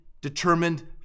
determined